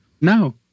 No